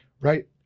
Right